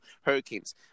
hurricanes